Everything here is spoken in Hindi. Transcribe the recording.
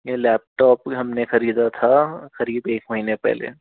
ये लैपटॉप हमने खरीदा था करीब एक महीने पहले